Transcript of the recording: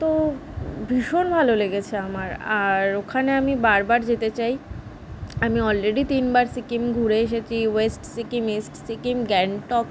তো ভীষণ ভালো লেগেছে আমার আর ওখানে আমি বারবার যেতে চাই আমি অলরেডি তিনবার সিকিম ঘুরে এসেছি ওয়েস্ট সিকিম ইস্ট সিকিম গ্যাংটক